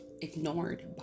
ignored